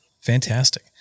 Fantastic